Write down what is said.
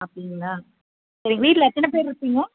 அப்படிங்களா சரி வீட்டில் எத்தனை பேர் இருப்பீங்க